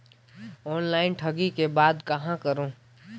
Online ठगी के बाद कहां करों?